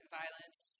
violence